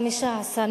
חמישה-עשר.